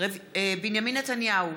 בנימין נתניהו,